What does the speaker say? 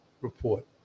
report